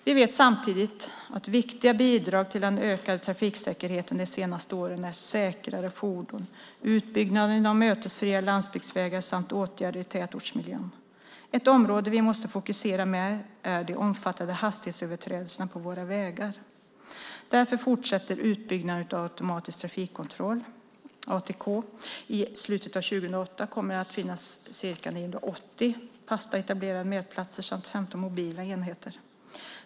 Vi vet samtidigt att viktiga bidrag till den ökade trafiksäkerheten de senaste åren är säkrare fordon, utbyggnaden av mötesfria landsbygdsvägar samt åtgärder i tätortsmiljön. Ett område vi måste fokusera mer är de omfattande hastighetsöverträdelserna på våra vägar. Därför fortsätter utbyggnaden av automatisk trafikkontroll, ATK. I slutet av 2008 kommer det att finnas ca 980 fasta etablerade mätplatser samt 15 mobila enheter.